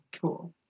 cool